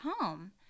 home